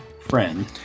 friend